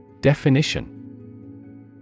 Definition